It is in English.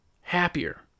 happier